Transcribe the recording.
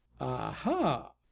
aha